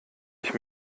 ich